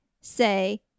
say